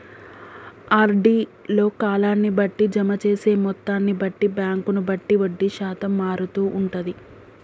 RD లో కాలాన్ని బట్టి, జమ చేసే మొత్తాన్ని బట్టి, బ్యాంకును బట్టి వడ్డీ శాతం మారుతూ ఉంటది